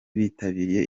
bitabiriye